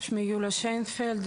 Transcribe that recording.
שמי יוליה שינפלד,